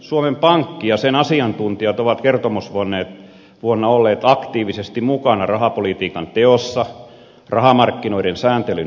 suomen pankki ja sen asiantuntijat ovat kertomusvuonna olleet aktiivisesti mukana rahapolitiikan teossa rahamarkkinoiden sääntelyn uudistamisessa